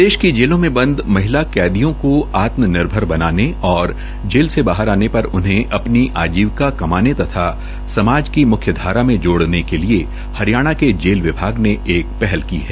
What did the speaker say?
प्रदेश की जेलों में बंद महिला कैदियों को आत्मनिर्भर बनाने व जेल से बाहर आने पर उन्हें अपनी आजीविका कमाने योग्य व समाज की मुख्य धारा में जुड़ने के लिये सक्षम बनाने के लिये हरियाणा के जेल विभाग ने एक नई पहल की है